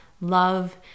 love